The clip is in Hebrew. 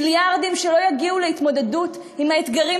מיליארדים שלא יגיעו להתמודדות עם האתגרים